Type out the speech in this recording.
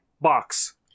box